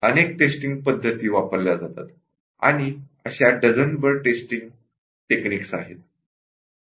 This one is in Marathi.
अनेक टेस्टिंग पद्धती वापरल्या पाहिजेत आणि अशा डझनभर टेस्टिंग टेक्निक्स अस्तित्वात आहेत